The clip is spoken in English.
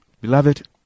Beloved